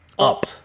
up